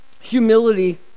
humility